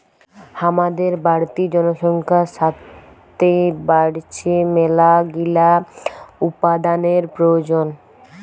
হামাদের বাড়তি জনসংখ্যার সাতে বাইড়ছে মেলাগিলা উপাদানের প্রয়োজন